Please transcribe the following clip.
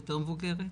יותר מבוגרת,